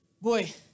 Boy